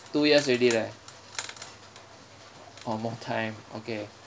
two years already right oh more time okay